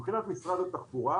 מבחינת משרד התחבורה,